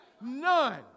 None